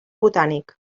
botànic